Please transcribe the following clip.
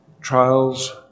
Trials